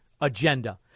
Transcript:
agenda